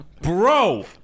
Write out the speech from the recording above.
bro